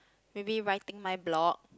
maybe writing my blog